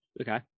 Okay